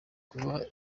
kuba